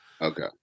okay